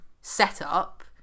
setup